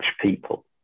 people